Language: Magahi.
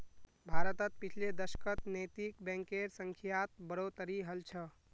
भारतत पिछले दशकत नैतिक बैंकेर संख्यात बढ़ोतरी हल छ